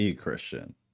Christian